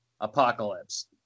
apocalypse